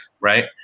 Right